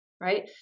right